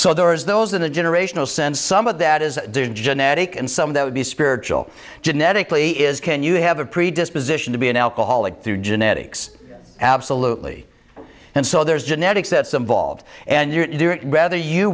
so there are those in the generational sense some of that is due to genetic and some of that would be spiritual genetically is can you have a predisposition to be an alcoholic through genetics absolutely and so there's genetics that some volved and you're rather you